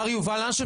מר יובל לנדשפט,